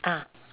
ah ah